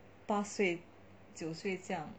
八岁九岁这样